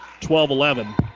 12-11